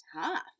tough